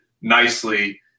nicely